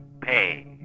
pay